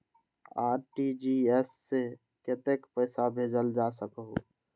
RTGS से कतेक पैसा भेजल जा सकहु???